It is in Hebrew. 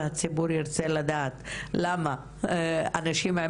והציבור ירצה לדעת למה מדור אנשים עם